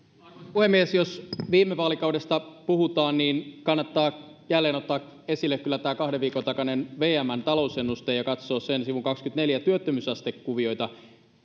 puhemies jos viime vaalikaudesta puhutaan niin kannattaa jälleen ottaa esille kyllä tämä kahden viikon takainen vmn talousennuste ja katsoa sen sivun kaksikymmentäneljä työttömyysastekuvioita